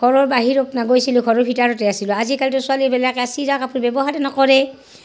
ঘৰৰ বাহিৰত নগৈছিলোঁ ঘৰৰ ভিতৰতে আছিলোঁ আজিকালিতো ছোৱালীবিলাকে চিগা কাপোৰ ব্যৱহাৰেই নকৰে